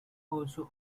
also